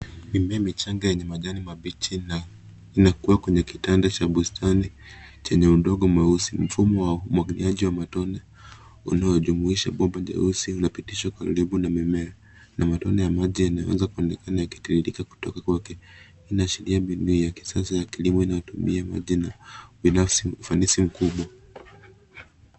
Mimea michanga yenye majani mabichi na inakua kwenye kitanda cha bustani chenye udongo mweusi. Mfumo wa umwagiliaji wa matone unaojumuisha bomba nyeusi unapitishwa karibu na mimea, na matone ya maji yameanza kuonekana yakitiririka kutoka kwake. Hii inaashiria mbinu ya kisasa ya kilimo inayotumia maji na ina ufanisi mkubwa.